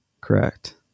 correct